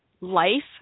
life